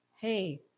hey